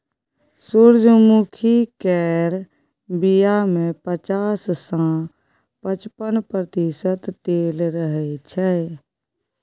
सूरजमुखी केर बीया मे पचास सँ पचपन प्रतिशत तेल रहय छै